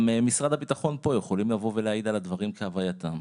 גם משרד הבטחון פה יכולים לבוא ולהעיד על הדברים כהווייתם.